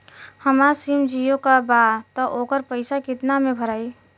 हमार सिम जीओ का बा त ओकर पैसा कितना मे भराई?